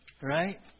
Right